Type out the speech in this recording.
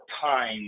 time